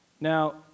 Now